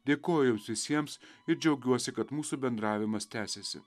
dėkoju visiems ir džiaugiuosi kad mūsų bendravimas tęsiasi